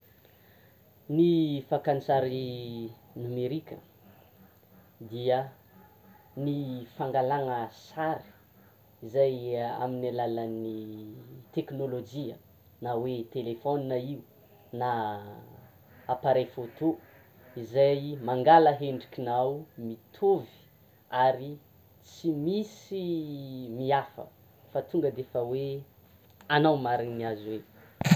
Ny fakan-tsary nomerika dia ny fangalana sary izay amin'ny alalan'ny teknolojia na hoe téléphone io na appareil photo izay mangala endrikinao mitôvy ary tsy misy ny hafa fa tonga defa hoe anao marigny ny azon'io.